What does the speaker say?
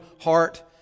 heart